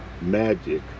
magic